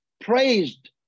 praised